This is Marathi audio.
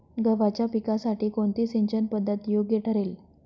गव्हाच्या पिकासाठी कोणती सिंचन पद्धत योग्य ठरेल?